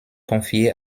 confiée